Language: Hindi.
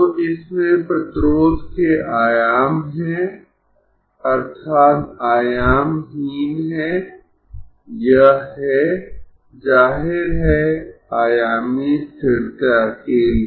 तो इसमें प्रतिरोध के आयाम है अर्थात् आयामहीन है यह है जाहिर है आयामी स्थिरता के लिए